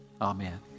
Amen